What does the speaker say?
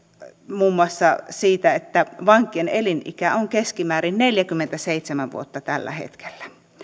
muun muassa siitä että vankien elinikä on keskimäärin neljäkymmentäseitsemän vuotta tällä hetkellä